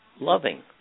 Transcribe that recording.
loving